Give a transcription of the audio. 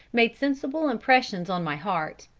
made sensible impressions on my heart.